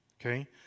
okay